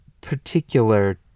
particular